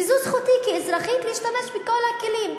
וזו זכותי כאזרחית להשתמש בכל הכלים.